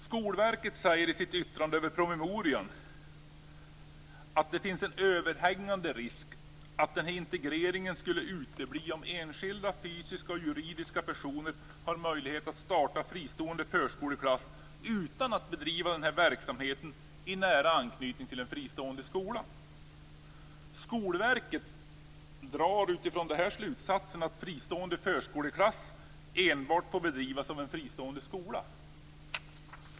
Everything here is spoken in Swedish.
Skolverket säger i sitt yttrande över promemorian att det finns en överhängande risk för att denna integrering skulle utebli om enskilda fysiska och juridiska personer hade möjlighet att starta fristående förskoleklass utan att bedriva denna verksamhet i nära anknytning till en fristående skola. Skolverket drar utifrån detta slutsatsen att fristående förskoleklass enbart får bedrivas av en fristående skola.